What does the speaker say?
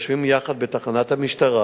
אשר יושבים יחד בתחנת המשטרה,